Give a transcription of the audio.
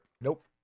nope